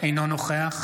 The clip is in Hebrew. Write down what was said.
אינו משתתף